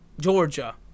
Georgia